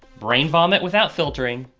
brain vomit without filtering.